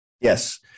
yes